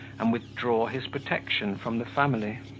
and withdraw his protection from the family.